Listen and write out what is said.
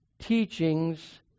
teachings